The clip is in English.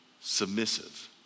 submissive